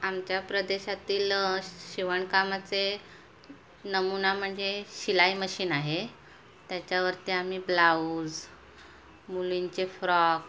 आमच्या प्रदेशातील शिवणकामाचे नमूना म्हणजे शिलाई मशीन आहे त्याच्यावरती आम्ही ब्लाऊज मुलींचे फ्रॉक